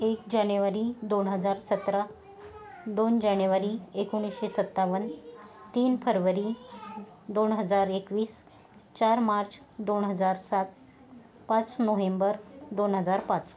एक जानेवारी दोन हजार सतरा दोन जानेवारी एकोणीसशे सत्तावन्न तीन फरवरी दोन हजार एकवीस चार मार्च दोन हजार सात पाच नोहेंबर दोन हजार पाच